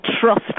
trust